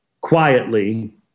quietly